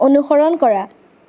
অনুসৰণ কৰা